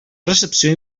recepció